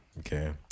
okay